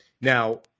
now